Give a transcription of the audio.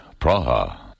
Praha